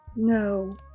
No